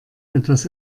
etwas